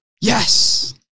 Yes